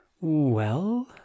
Well